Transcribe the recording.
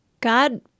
God